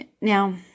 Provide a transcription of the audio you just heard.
now